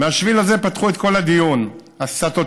ומהשביל הזה פתחו את כל הדיון הסטטוטורי.